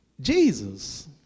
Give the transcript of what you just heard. Jesus